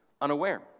unaware